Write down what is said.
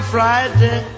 Friday